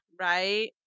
Right